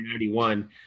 1991